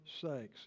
sakes